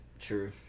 True